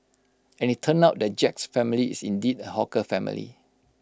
and IT turned out that Jack's family is indeed A hawker family